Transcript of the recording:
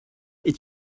est